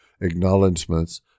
Acknowledgments